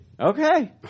Okay